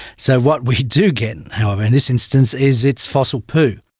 so what we do get however in this instance is its fossil poo.